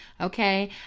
Okay